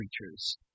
creatures